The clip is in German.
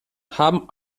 haben